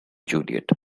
juliet